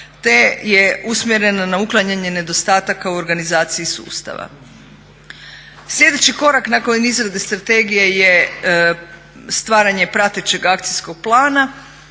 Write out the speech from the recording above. te je usmjerena na uklanjanje nedostataka u organizaciji sustava. Sljedeći korak nakon izrade strategije je stvaranje pratećeg akcijskog plana